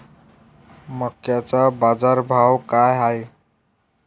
मक्याचा बाजारभाव काय हाय?